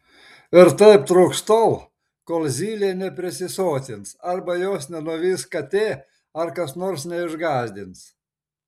ir taip truks tol kol zylė neprisisotins arba jos nenuvys katė ar kas nors neišgąsdins